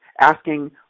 asking